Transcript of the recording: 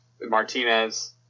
Martinez